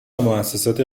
موسسات